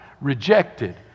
rejected